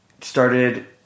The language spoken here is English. started